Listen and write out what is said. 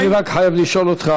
אני רק חייב לשאול אותך,